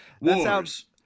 wars